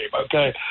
okay